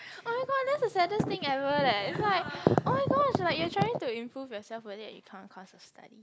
oh my god that's the saddest thing ever leh is like oh-my-gosh like you're trying to improve yourself whether it count cause of study